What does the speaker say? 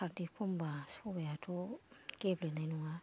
खारदै खमबा सबाइआथ' गेब्लेनाय नङा